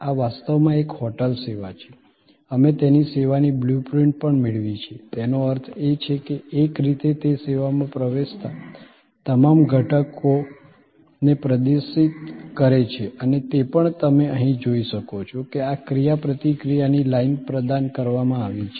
આ વાસ્તવમાં એક હોટેલ સેવા છે અમે તેની સેવાની બ્લુ પ્રિન્ટ પણ મેળવી છે તેનો અર્થ એ છે કે એક રીતે તે સેવામાં પ્રવેશતા તમામ ઘટકોને પ્રદર્શિત કરે છે અને તે પણ તમે અહીં જોઈ શકો છો કે આ ક્રિયાપ્રતિક્રિયાની લાઇન પ્રદાન કરવામાં આવી છે